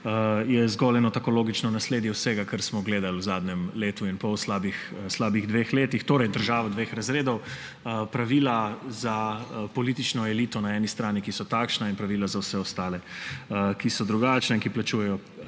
je zgolj eno tako logično nasledje vsega, kar smo gledali v zadnjem letu in pol, slabih dveh letih, torej država dveh razredov, pravila za politično elito na eni strani, ki so takšna, in pravila za vse ostale, ki so drugačna, in se plačujejo